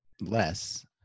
less